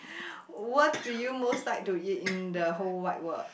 what do you most like to eat in the whole wide world